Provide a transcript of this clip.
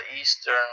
eastern